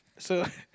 so